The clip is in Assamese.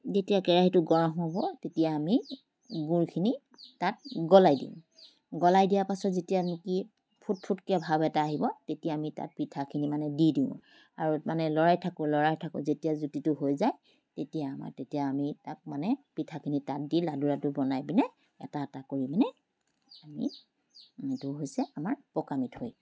যেতিয়া কেৰাহীটো গৰম হ'ব তেতিয়া আমি গুড়খিনি তাত গলাই দিওঁ গলাই দিয়া পাছত যেতিয়া নেকি ফুট ফুটকৈ ভাৱ এটা আহিব তেতিয়া আমি তাত পিঠাখিনি মানে দি দিওঁ আৰু মানে লৰাই থাকোঁ লৰাই থাকোঁ যেতিয়া জুতিটো হৈ যায় তেতিয়া আমাৰ তেতিয়া আমি তাক মানে পিঠাখিনি তাত দি লাড়ু লাডু বনাই পিনে এটা এটা কৰি মানে আমি সেইটো হৈছে আমাৰ পকামিথৈ